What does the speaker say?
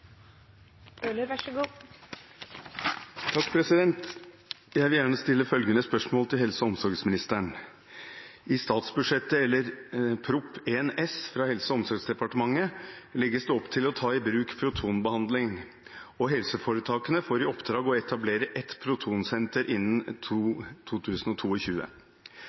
omsorgsministeren: «I Prop. 1 S fra Helse- og omsorgsdepartementet legges det opp til å ta i bruk protonbehandling, og helseforetakene får i oppdrag å etablere et protonsenter innen